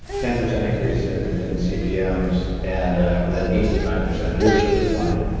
ten percent increase in in cpms and with an eight to nine percent viewership decline.